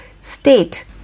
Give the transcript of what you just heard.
state